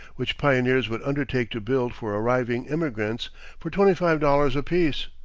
which pioneers would undertake to build for arriving emigrants for twenty-five dollars apiece.